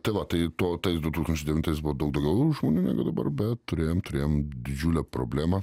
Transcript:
tai va tai to tais du tūkstančiai devintais buvo daug daugiau žmonių negu bet turėjom turėjom didžiulę problemą